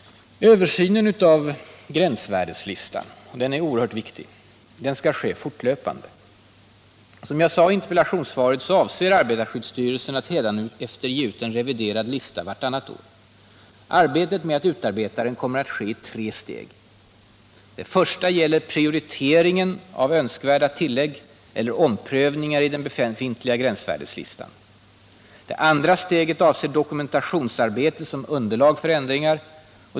Översynen av gränsvärdeslistan är oerhört viktig. Den skall ske fortlöpande. Som jag sade i interpellationssvaret avser arbetarskyddsstyrelsen att hädanefter ge ut en reviderad lista vartannat år. Detta arbete kommer att ske i tre steg. Det första gäller prioriteringen av önskvärda tillägg eller omprövningar i den befintliga gränsvärdeslistan. Det andra avser dokumentationsarbete som underlag för ändringar.